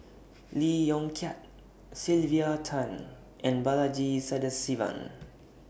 Lee Yong Kiat Sylvia Tan and Balaji Sadasivan